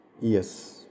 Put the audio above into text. Yes